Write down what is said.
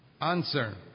answer